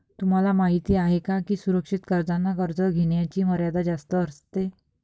तुम्हाला माहिती आहे का की सुरक्षित कर्जांना कर्ज घेण्याची मर्यादा जास्त असते